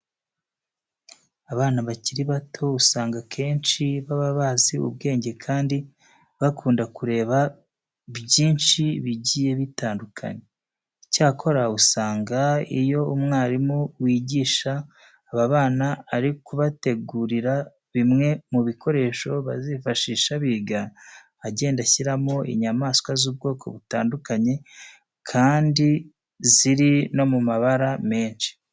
Abana bakiri bato usanga akenshi baba bazi ubwenge kandi bakunda kureba ibintu byinshi bigiye bitandukanye. Icyakora usanga iyo umwarimu wigisha aba bana ari kubategurira bimwe mu bikoresho bazifashisha biga, agenda ashyiramo inyamaswa z'ubwoko butandukanye kandi ziri no mu mabara menshi.